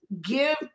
give